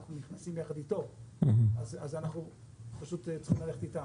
אנחנו נכנסים ביחד אתו אז אנחנו פשוט צריכים ללכת איתם,